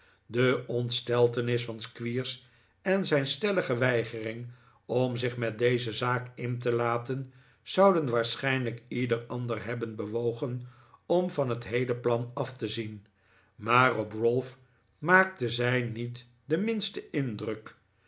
de ontsteltenis van squeers en zijn stellige weigering om zich met deze zaak in te laten zouden waarschijnlijk ieder ander hebben bewogen om van het heele plan af te zien maar op ralph maakten zij niet den minsten indruk